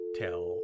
tell